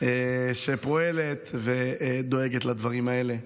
שפועלת ודואגת לדברים האלה.